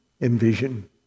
envision